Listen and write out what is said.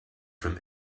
from